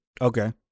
Okay